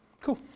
cool